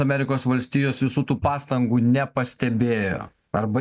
amerikos valstijos visų tų pastangų nepastebėjo arba